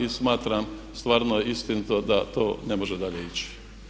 I smatram stvarno istinito da to ne može dalje ići.